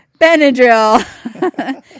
Benadryl